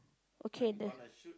okay the